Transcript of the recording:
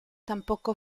tampoco